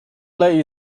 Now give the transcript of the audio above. play